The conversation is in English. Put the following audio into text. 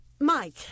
Mike